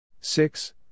Six